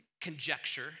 conjecture